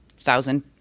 thousand